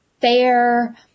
fair